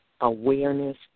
awareness